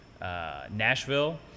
nashville